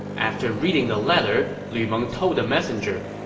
after reading the letter, lu meng told the messenger,